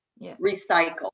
recycle